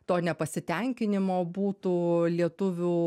to nepasitenkinimo būtų lietuvių